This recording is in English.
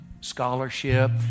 Scholarship